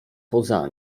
poza